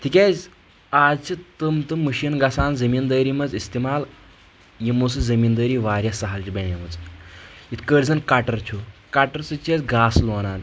تِکیٛازِ آز چھِ تِم تِم مٔشیٖن گژھان زٔمیٖندٲری منٛز استعمال یِمو سۭتۍ زٔمیٖندٲری واریاہ سہل چھِ بنے مٕژ یِتھ کٲٹھ زن کٹر چھُ کٹر سۭتۍ چھِ أسۍ گاسہٕ لونان